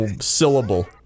syllable